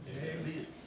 Amen